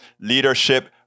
leadership